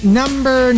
number